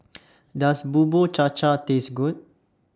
Does Bubur Cha Cha Taste Good